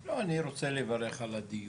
לא, אני רוצה לברך על הדיון,